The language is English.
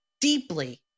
deeply